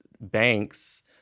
banks